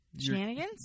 Shenanigans